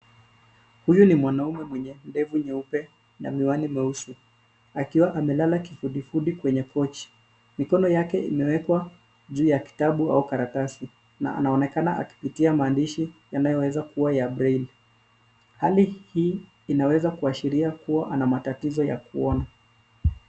Huyu ni mwanaume mwenye ndevu nyeupe na miwani mweusi, akiwa amelala kifudifudi kwenye pochi. Mikono yake imewekwa juu ya kitabu au karatasi, na anaonekana akipitia maandishi yanayoweza kuwa ya Braille . Hali hii inaweza kuashiria kuwa ana matatizo ya kuona.